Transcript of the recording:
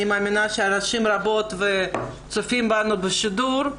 אני מאמינה שנשים רבות צופות בנו בשידור.